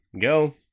go